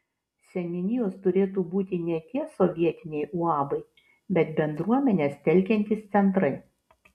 seniūnijos turėtų būti ne tie sovietiniai uabai bet bendruomenes telkiantys centrai